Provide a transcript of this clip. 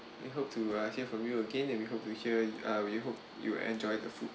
we hope to uh hear from you again and we hope to hear uh we hope you enjoy the food